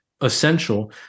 essential